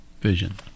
vision